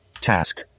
Task